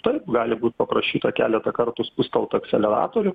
taip gali būt paprašyta keletą kartų spustelt akceleratorių